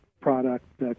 product